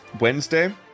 Wednesday